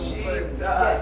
Jesus